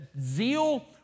zeal